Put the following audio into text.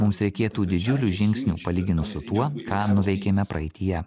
mums reikėtų didžiulių žingsnių palyginus su tuo ką nuveikėme praeityje